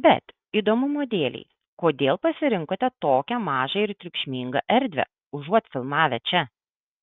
bet įdomumo dėlei kodėl pasirinkote tokią mažą ir triukšmingą erdvę užuot filmavę čia